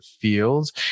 Fields